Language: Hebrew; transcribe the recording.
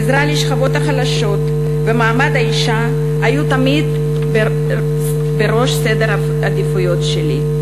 עזרה לשכבות החלשות ומעמד האישה היו תמיד בראש סדר העדיפויות שלי,